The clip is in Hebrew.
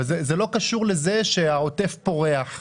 זה לא קשור לזה שהעוטף פורח,